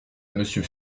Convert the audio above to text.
monsieur